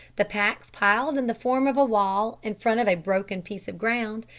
the packs piled in the form of a wall in front of a broken piece of ground,